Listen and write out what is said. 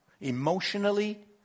emotionally